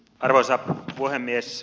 arvoisa puhemies